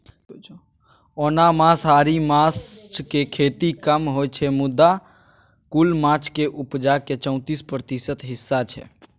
ओना मांसाहारी माछक खेती कम होइ छै मुदा कुल माछक उपजाक चौतीस प्रतिशत हिस्सा छै